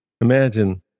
Imagine